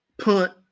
punt